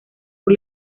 por